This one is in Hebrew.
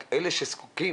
רק אלה שזקוקים,